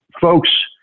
folks